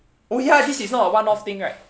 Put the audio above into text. oh ya this is not a one off thing right